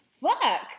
Fuck